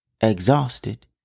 Exhausted